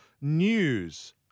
news